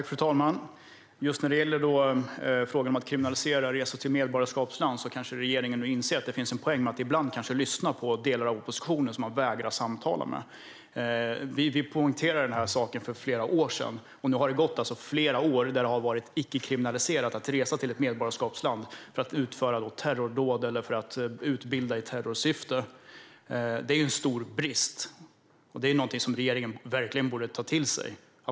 Fru talman! Just när det gäller frågan om att kriminalisera resor till medborgarskapsland kanske regeringen nu inser att det ibland finns en poäng med att lyssna på delar av oppositionen som man vägrar att samtala med. Vi poängterade den här saken för flera år sedan, och nu har det gått flera år då det har varit icke-kriminaliserat att resa till ett medborgarskapsland för att utföra terrordåd eller utbilda i terrorsyfte. Det är en stor brist, och detta är någonting som regeringen verkligen borde ta till sig.